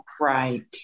right